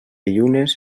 llunes